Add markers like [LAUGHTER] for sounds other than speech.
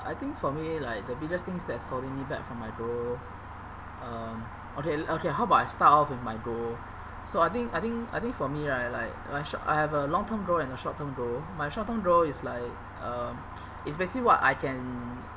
I think for me like the biggest things that's holding me back from my goal um okay l~ okay how about I start off with my goal so I think I think I think for me right like like short I have a long term goal and a short term goal my short term goal is like um [NOISE] it's basically what I can